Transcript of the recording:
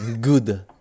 Good